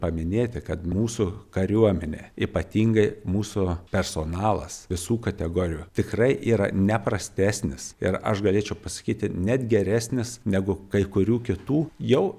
paminėti kad mūsų kariuomenė ypatingai mūsų personalas visų kategorijų tikrai yra neprastesnis ir aš galėčiau pasakyti net geresnis negu kai kurių kitų jau